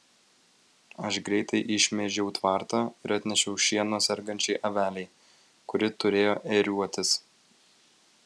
aš greitai išmėžiau tvartą ir atnešiau šieno sergančiai avelei kuri turėjo ėriuotis